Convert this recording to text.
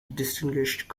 distinguished